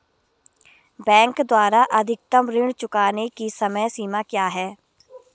Bank द्वारा अधिकतम ऋण चुकाने की समय सीमा क्या है?